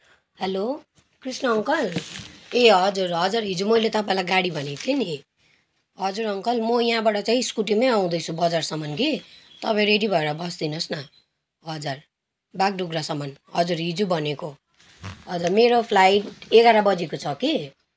hello Krishna uncle ए हजुर हजुर हिजो मैले तपाईँलाई गाडी भनेको थिँए नि हजुर अङ्कल म यहाँबाट चाहिँ स्कुटीमै आउँदैछु बजारसम्म कि तपाईँ रेडी भर बसि दिनुहोस् न हजुर बागडोग्रासम्म हजुर हिजो भनेको हजुर मेरो फ्लाइट एघार बजीको छ कि